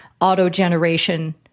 auto-generation